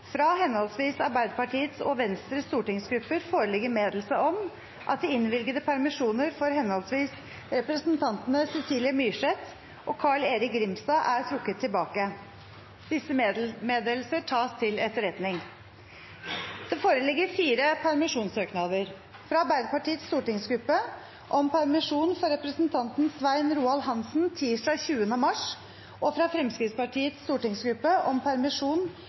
Fra henholdsvis Arbeiderpartiets og Venstres stortingsgrupper foreligger meddelelse om at de innvilgede permisjoner, for henholdsvis representantene Cecilie Myrseth og Carl-Erik Grimstad , er trukket tilbake. – Disse meddelelser tas til etterretning. Det foreligger fire permisjonssøknader: fra Arbeiderpartiets stortingsgruppe om permisjon for representanten Svein Roald Hansen tirsdag 20. mars og fra Fremskrittspartiets stortingsgruppe om permisjon